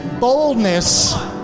boldness